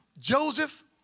Joseph